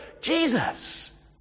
Jesus